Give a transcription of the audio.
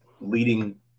leading